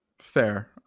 Fair